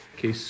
que